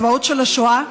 הזוועות של השואה,